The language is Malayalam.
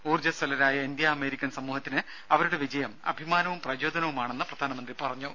ഊർജ്ജസ്വലരായ ഇന്ത്യാ അമേരിക്കൻ സമൂഹത്തിന് അവരുടെ വിജയം അഭിമാനവും പ്രചോദനവുമാണെന്ന് പ്രധാനമന്ത്രി പറഞ്ഞു